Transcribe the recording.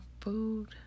food